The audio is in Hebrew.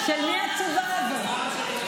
של מי התשובה הזאת?